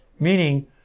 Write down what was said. Meaning